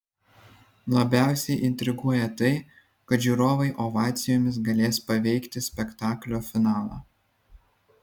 labiausiai intriguoja tai kad žiūrovai ovacijomis galės paveikti spektaklio finalą